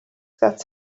that